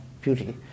beauty